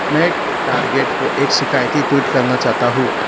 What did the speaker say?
मैं टारगेट को एक शिकायती ट्वीट करना चाहता हूँ